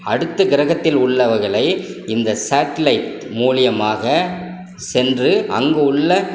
அடுத்த கிரகத்தில் உள்ளவர்களை இந்த சேட்லைட் மூலியமாக சென்று அங்கு உள்ள